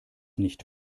nicht